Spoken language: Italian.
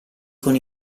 con